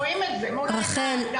רואים את זה מול העיניים גם בכנסת ישראל.